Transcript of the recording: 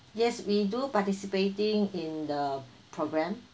yes we do participating in the programme